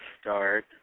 start